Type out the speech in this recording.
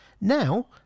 Now